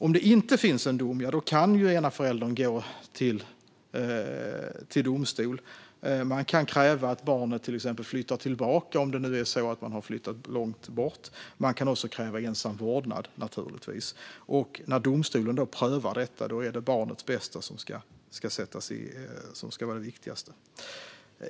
Om det inte finns en dom kan den ena föräldern gå till domstol och kräva att barnet flyttar tillbaka, om den andra föräldern har flyttat långt bort. Man kan naturligtvis också kräva ensam vårdnad. När domstolen då prövar detta är det barnets bästa som ska vara det viktigaste.